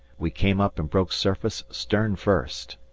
we came up and broke surface stern first.